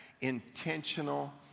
Intentional